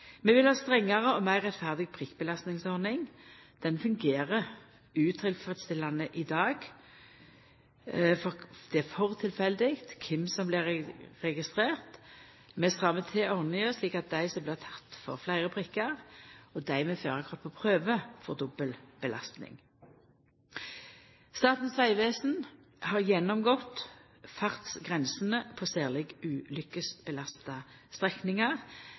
Vi vil ha strengare og meir rettferdig prikkbelastningsordning. Ordninga fungerer utilfredsstillande i dag. Det er for tilfeldig kven som blir registrert. Vi strammar til ordninga, slik at dei som blir tekne, får fleire prikkar, og dei med førarkort på prøve får dobbel belastning. Statens vegvesen har gjennomgått fartsgrensene på